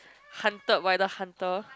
hunted by the hunter